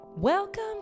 Welcome